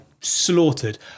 slaughtered